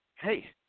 Hey